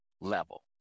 level